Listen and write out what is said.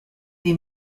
they